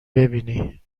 ببینی